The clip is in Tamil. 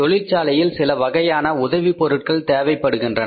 தொழிற்சாலையில் சில வகையான உதவிப் பொருட்கள் தேவைப்படுகின்றன